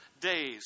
days